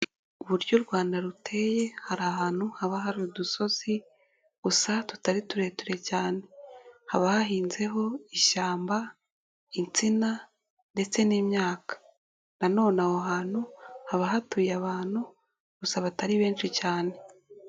Uburyo u Rwanda ruteye, hari ahantu haba hari udusozi, usanga tutari tureture cyane. Haba hahinzeho ishyamba, insina ndetse n'imyaka na none aho hantu, haba hatuye abantu gusa batari benshi cyane.